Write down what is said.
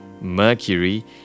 Mercury